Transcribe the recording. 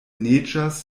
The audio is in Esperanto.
neĝas